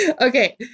Okay